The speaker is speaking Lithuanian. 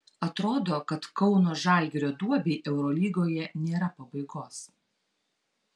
atrodo kad kauno žalgirio duobei eurolygoje nėra pabaigos